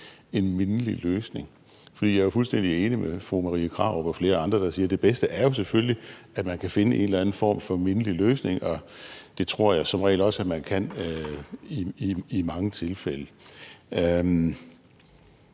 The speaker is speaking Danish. en mindelig løsning. For jeg er fuldstændig enig med fru Marie Krarup og flere andre, der siger, at det bedste jo selvfølgelig er, at man kan finde en eller anden form for mindelig løsning, og det tror jeg også man kan i mange tilfælde.